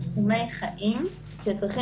תחומי חיים שצריכים